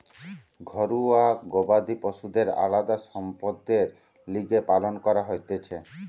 ঘরুয়া গবাদি পশুদের আলদা সম্পদের লিগে পালন করা হতিছে